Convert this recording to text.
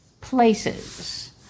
Places